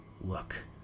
Look